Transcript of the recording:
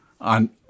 on